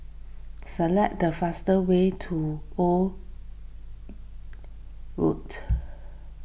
select the fast way to Old Road